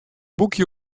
boekje